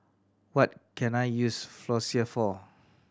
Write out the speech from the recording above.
what can I use Floxia for